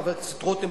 חבר הכנסת רותם,